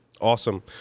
Awesome